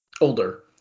older